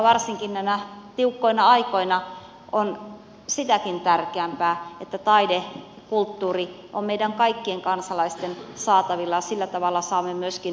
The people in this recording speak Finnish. varsinkin näinä tiukkoina aikoina on sitäkin tärkeämpää että taide ja kulttuuri on meidän kaikkien kansalaisten saatavilla ja sillä tavalla saamme myöskin verorahoillemme vastinetta